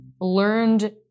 learned